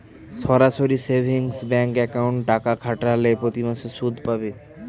সরাসরি savings bank অ্যাকাউন্টে টাকা খাটালে প্রতিমাসে সুদ পাবে